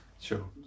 Sure